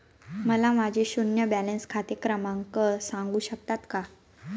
मला माझे शून्य बॅलन्स खाते क्रमांक सांगू शकता का?